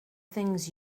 things